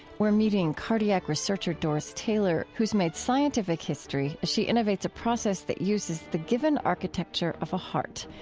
we're meeting cardiac researcher doris taylor, who's made scientific history as she innovates a process that uses the given architecture of a heart,